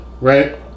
right